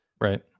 right